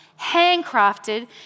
handcrafted